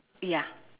ya